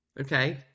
Okay